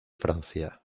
francia